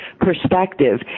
perspective